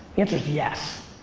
answer's yes.